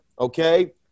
okay